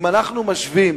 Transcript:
אם אנחנו משווים